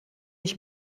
ich